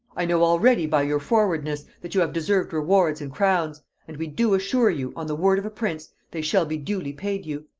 i know already by your forwardness, that you have deserved rewards and crowns and we do assure you, on the word of a prince, they shall be duly paid you.